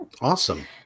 Awesome